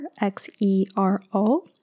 X-E-R-O